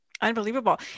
Unbelievable